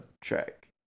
track